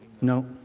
No